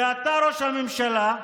ואתה, ראש הממשלה,